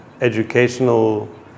educational